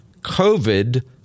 COVID